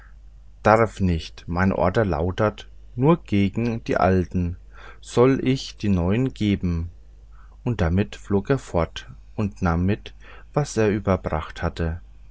darf nicht meine order lautet nur gegen die alten soll ich die neuen geben und damit flog er fort und nahm mit was er überbracht hatte